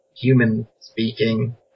human-speaking